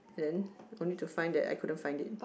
then I'll need to find that I couldn't find it